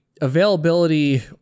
availability